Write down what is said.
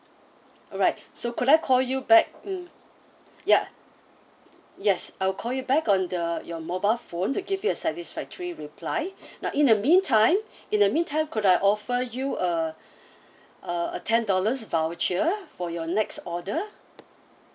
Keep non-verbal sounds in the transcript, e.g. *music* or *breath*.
alright so could I call you back mm ya yes I will call you back on the your mobile phone to give you a satisfactory reply *breath* now in the meantime in the meantime could I offer you a a a ten dollars voucher for your next order